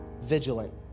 vigilant